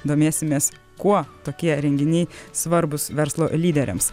domėsimės kuo tokie renginiai svarbūs verslo lyderiams